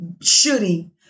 shooting